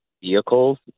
vehicles